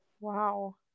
Wow